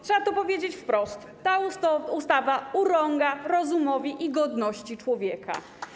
Trzeba to powiedzieć wprost: ta ustawa urąga rozumowi i godności człowieka.